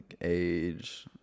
age